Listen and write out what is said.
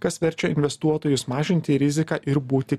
kas verčia investuotojus mažinti riziką ir būti